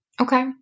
Okay